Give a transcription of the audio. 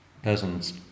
peasants